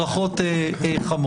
אז ברכות חמות.